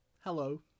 Hello